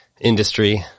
industry